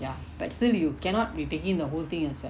ya but still you cannot be taking the whole thing yourself